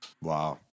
Wow